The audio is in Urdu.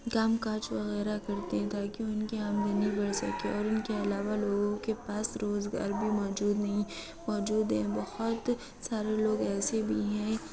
کام کاج وغیرہ کرتے ہیں تاکہ ان کے یہاں آمدنی بڑھ سکے اور ان کے علاوہ لوگوں کے پاس روزگار بھی موجود نہیں موجود ہے بہت سارے لوگ ایسے بھی ہیں